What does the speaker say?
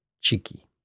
Cheeky